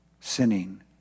sinning